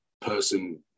person